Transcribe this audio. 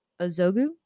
Azogu